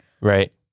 Right